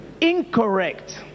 incorrect